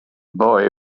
boy